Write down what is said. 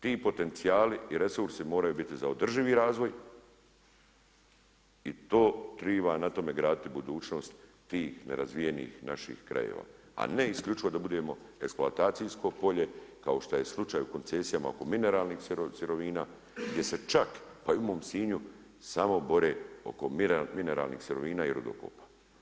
Ti potencijali i resursi moraju biti za održivi razvoj i to treba na tome graditi budućnost tih nerazvijenih naših krajeva a ne isključivo da budemo eksploatacijsko polje kao što je slučaju koncesijama oko mineralnih sirovina gdje se čak pa i u mom Sinju samo bore oko mineralnih sirovina i rudokopa.